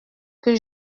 que